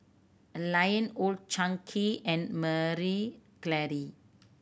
Lion Old Chang Kee and Marie Claire